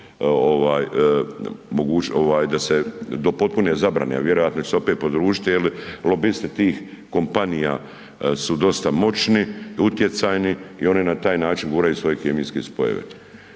ovaj da se do potpune zabrane, a vjerojatno će se opet podružiti jer lobisti tih kompanija su dosta moćni i utjecajni i oni na taj način guraju svoje kemijske spojeve.